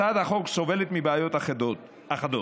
הצעת החוק סובלת מבעיות אחדות.